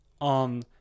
on